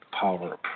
power